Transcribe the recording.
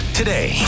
today